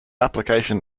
application